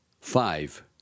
Five